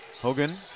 Hogan